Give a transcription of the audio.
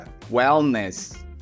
wellness